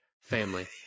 family